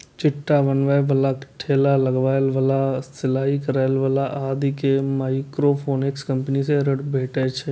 छिट्टा बनबै बला, ठेला लगबै बला, सिलाइ करै बला आदि कें माइक्रोफाइनेंस कंपनी सं ऋण भेटै छै